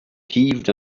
heaved